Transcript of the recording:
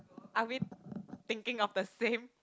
are we thinking of the same